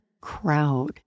crowd